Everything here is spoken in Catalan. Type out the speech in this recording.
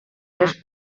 les